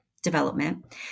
development